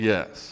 Yes